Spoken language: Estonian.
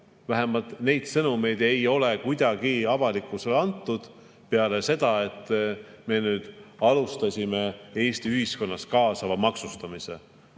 Vähemalt neid sõnumeid ei ole kuidagi avalikkusele antud peale seda, et me nüüd alustasime Eesti ühiskonnas kaasava maksustamisega: